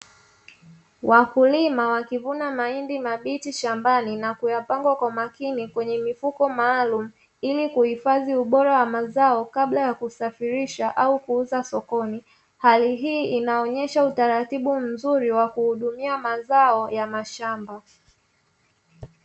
Wakulima wakivuna mahindi mabichi shambani na kuyapanga kwa umakini kwenye mifuko maalumu ili kuhifadhi ubora wa mazao kabla ya kusafirisha au kuuza sokoni. Hali hii inaonesha utaratibu mzuri wa kuhudumia mazao ya mashamba.